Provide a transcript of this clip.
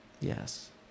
Yes